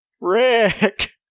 Rick